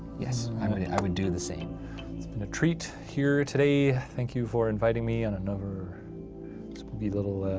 yes, i mean i would do the same. it's been a treat here today, thank you for inviting me on another spooky little